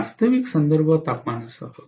वास्तविक संदर्भ तापमानासह